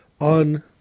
on